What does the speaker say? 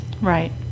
Right